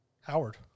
Howard